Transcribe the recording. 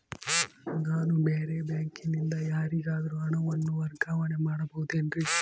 ನಾನು ಬೇರೆ ಬ್ಯಾಂಕಿನಿಂದ ಯಾರಿಗಾದರೂ ಹಣವನ್ನು ವರ್ಗಾವಣೆ ಮಾಡಬಹುದೇನ್ರಿ?